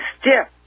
stiff